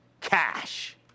Cash